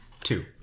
Two